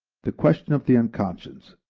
the question of the unconscious,